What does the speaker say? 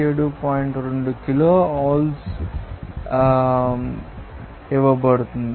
2 kilojoules ఇవ్వబడుతుంది